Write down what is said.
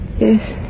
yes